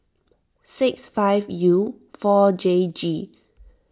six five U four J G